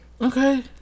Okay